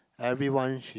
everyone she